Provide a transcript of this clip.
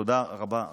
תודה רבה רבה.